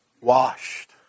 washed